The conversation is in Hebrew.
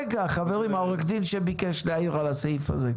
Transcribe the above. חברים, עורך הדין שביקש להעיר על הסעיף הזה.